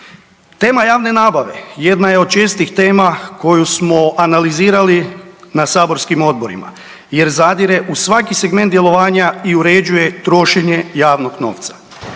Tema javne nabave jedna je od čestih tema koju smo analizirali na saborskim odborima jer zadire u svaki segment djelovanja i uređuje trošenje javnog novca.